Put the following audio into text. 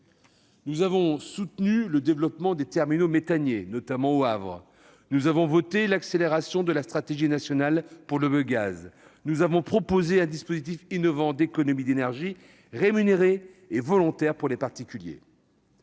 Nous avons soutenu le développement des terminaux méthaniers, notamment au Havre. Nous avons voté pour l'accélération de la stratégie nationale en faveur du biogaz. Nous avons proposé un dispositif innovant d'économies d'énergies rémunérées et volontaires pour les particuliers.